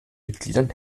mitgliedern